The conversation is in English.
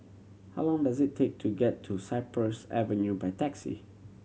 how long does it take to get to Cypress Avenue by taxi